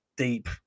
Deep